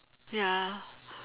ya